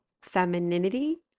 femininity